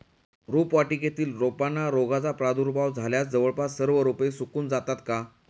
रोपवाटिकेतील रोपांना रोगाचा प्रादुर्भाव झाल्यास जवळपास सर्व रोपे सुकून जातात का?